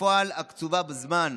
בפועל הקצוב בזמן,